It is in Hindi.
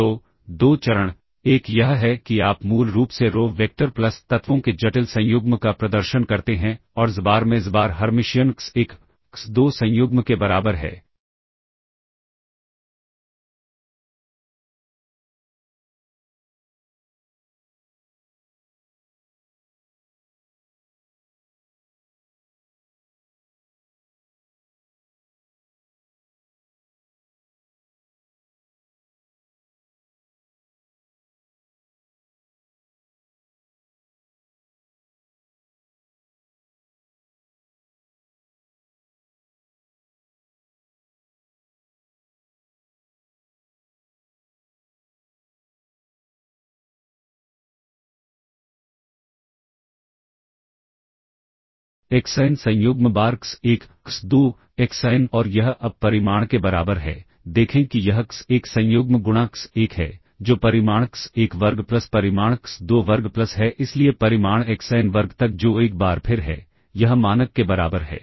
तो दो चरण एक यह है कि आप मूल रूप से रो वेक्टर प्लस तत्वों के जटिल संयुग्म का प्रदर्शन करते हैं और xbar में xbar हर्मिशियन x1 x2 संयुग्म के बराबर है xn संयुग्म बार x1 x2 xn और यह अब परिमाण के बराबर है देखें कि यह x1 संयुग्म गुणा x1 है जो परिमाण x1 वर्ग प्लस परिमाण x2 वर्ग प्लस है इसलिए परिमाण xn वर्ग तक जो एक बार फिर है यह मानक के बराबर है